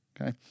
Okay